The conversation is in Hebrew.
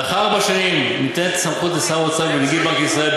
לאחר ארבע שנים ניתנת סמכות לשר האוצר ולנגיד בנק ישראל,